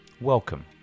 Welcome